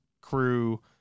crew